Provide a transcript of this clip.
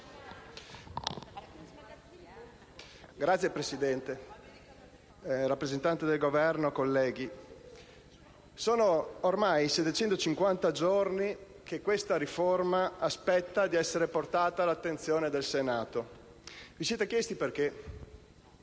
Signora Presidente, rappresentante del Governo, colleghi, sono ormai 750 giorni che questa riforma aspetta di essere portata all'attenzione del Senato. Vi siete chiesti perché?